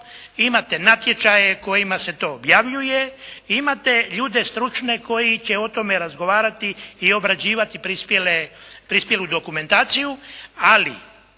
imate natječaje kojima se to objavljuje i imate ljude stručne koji će o tome razgovarati i obrađivati prispjelu dokumentaciju, ali